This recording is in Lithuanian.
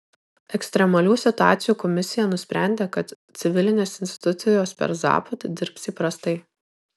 ekstremalių situacijų komisija nusprendė kad civilinės institucijos per zapad dirbs įprastai